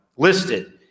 listed